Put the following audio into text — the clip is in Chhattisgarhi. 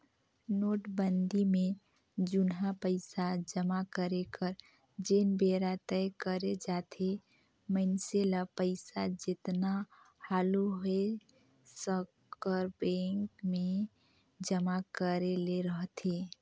नोटबंदी में जुनहा पइसा जमा करे कर जेन बेरा तय करे जाथे मइनसे ल पइसा जेतना हालु होए सकर बेंक में जमा करे ले रहथे